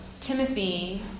Timothy